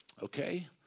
Okay